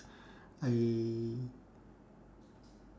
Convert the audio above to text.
I